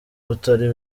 utari